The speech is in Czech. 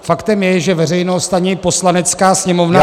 Faktem je, že veřejnost ani Poslanecká sněmovna